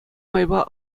майпа